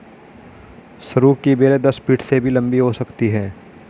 सरू की बेलें दस फीट से भी लंबी हो सकती हैं